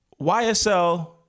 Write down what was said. YSL